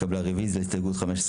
הרוויזיה על הסתייגות מספר 35?